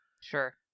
Sure